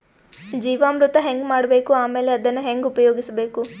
ಜೀವಾಮೃತ ಹೆಂಗ ಮಾಡಬೇಕು ಆಮೇಲೆ ಅದನ್ನ ಹೆಂಗ ಉಪಯೋಗಿಸಬೇಕು?